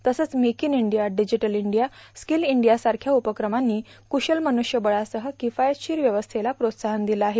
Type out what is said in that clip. तसंच make in India digital India skill इंडियासारख्या उपक्रमांनी कुशल मवूष्यवळासह किफायतशीर व्यवस्थेला प्रोत्साहन दिले आहे